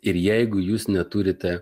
ir jeigu jūs neturite